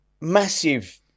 massive